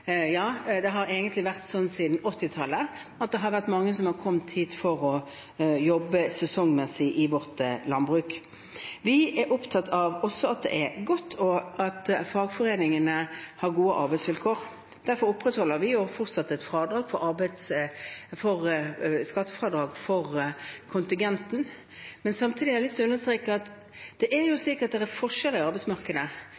ja, det har egentlig vært slik siden 1980-tallet at mange har kommet hit for å jobbe sesongmessig i vårt landbruk. Vi er opptatt av at fagforeningene har gode arbeidsvilkår, og derfor opprettholder vi fortsatt et skattefradrag for kontingenten. Samtidig har jeg lyst til å understreke at det jo er